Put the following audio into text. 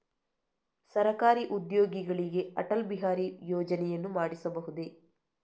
ಸರಕಾರಿ ಉದ್ಯೋಗಿಗಳಿಗೆ ಅಟಲ್ ಬಿಹಾರಿ ಯೋಜನೆಯನ್ನು ಮಾಡಿಸಬಹುದೇ?